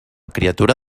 criatura